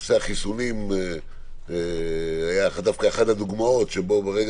נושא החיסונים היה דווקא אחת הדוגמאות שברגע